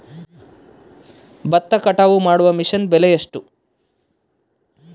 ಭತ್ತ ಕಟಾವು ಮಾಡುವ ಮಿಷನ್ ಬೆಲೆ ಎಷ್ಟು?